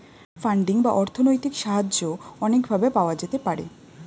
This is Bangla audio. ফান্ডিং বা অর্থনৈতিক সাহায্য অনেক ভাবে পাওয়া যেতে পারে